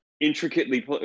intricately